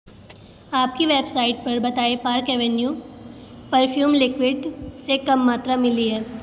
आपकी वेबसाइट पर बताई पार्क एवेन्यू परफ्यूम लिक्विड से कम मात्रा मिली है